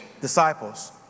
disciples